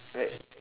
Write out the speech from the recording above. like